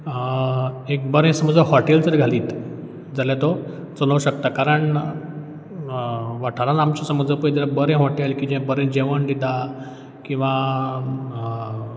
एक बरें समजा हॉटेल जर घालीत जाल्यार तो चलोंक शकता कारण वाठारांत आमच्या समज ज पयत जाल्यार बरें हॉटेल की जें बरें जेवण दिता किंवां